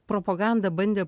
propaganda bandė